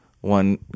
one